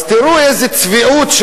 אז תראו איזו צביעות,